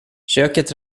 köket